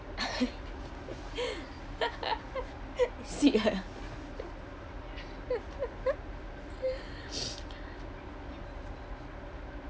see ya